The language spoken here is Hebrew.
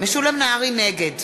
נגד